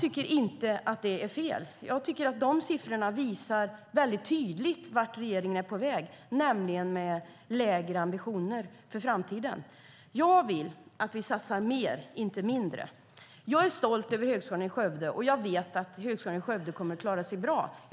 Dessa siffror är inte fel utan visar tydligt vart regeringen är på väg, nämligen mot lägre ambitioner för framtiden. Jag vill att vi satsar mer, inte mindre. Jag är stolt över Högskolan i Skövde och vet att den kommer att klara sig bra.